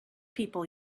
people